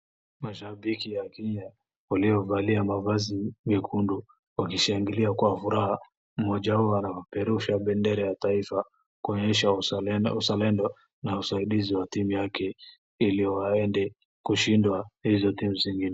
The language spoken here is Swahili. Mashabiki ya timu ya waliovalia mavazi nyekundu wakishangilia kwa furaha. Mmoja wao anapeperusha bendera ya taifa kuonyesha uzalendo na usaidizi wa timu yake ili waende kushindwa hizo timu zingine.